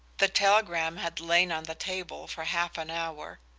the telegram had lain on the table for half an hour,